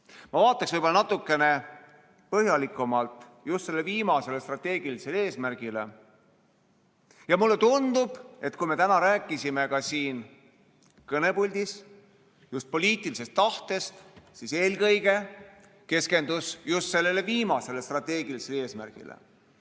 Ma vaatan natukene põhjalikumalt just sellele viimasele strateegilisele eesmärgile. Mulle tundub, et kui täna räägiti siin kõnepuldis just poliitilisest tahtest, siis eelkõige keskenduti just sellele viimasele strateegilisele eesmärgile.